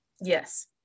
Yes